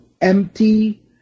empty